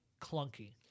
clunky